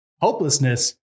hopelessness